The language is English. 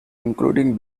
including